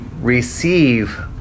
receive